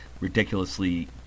ridiculously